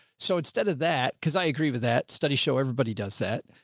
so instead of that, cause i agree with that study show. everybody does that.